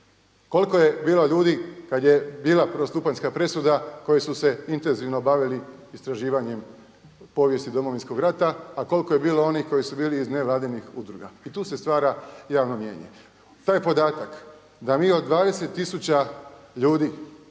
Koliko je bilo ljudi kad je bila prvostupanjska presuda koji su se intenzivno bavili istraživanjem povijesti Domovinskog rata, a koliko je bilo onih koji su bili iz nevladinih udruga i tu se stvara javno mijenje. Taj podatak da mi od 20 tisuća ljudi